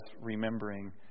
remembering